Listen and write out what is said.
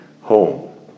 home